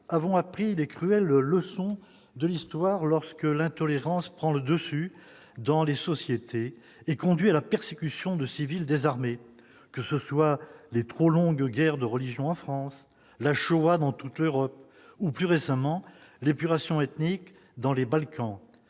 avons appris les cruelles leçons de l'histoire lorsque l'intolérance prend le dessus dans les sociétés et conduit à la persécution de civils désarmés, que ce soit les trop longues guerres de religion en France, la Shoah dans toute l'Europe, ou plus récemment l'épuration ethnique dans les Balkans,